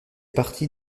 partie